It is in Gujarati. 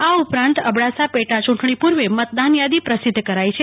આ ઉપરાંત અબડાસા પેટા યુંટણી પુર્વે મતદાન યાદી પ્રસિધ્ધ કરાઈ છે